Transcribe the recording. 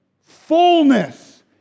fullness